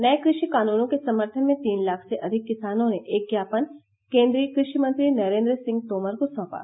नए कृषि कानूनों के समर्थन में तीन लाख से अधिक किसानों ने एक ज्ञापन केन्द्रीय कृषि मंत्री नरेन्द्र सिंह तोमर को साँपा